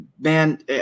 man